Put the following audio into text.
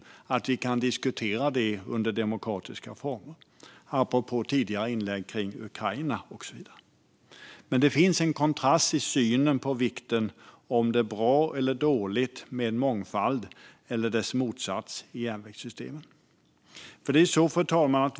Det är bra att vi kan diskutera under demokratiska former - apropå tidigare inlägg om Ukraina och så vidare. Det finns en kontrast i synen på om det är bra eller dåligt med mångfald eller dess motsats i järnvägssystemet.